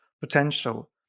potential